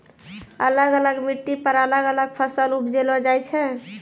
अलग अलग मिट्टी पर अलग अलग फसल उपजैलो जाय छै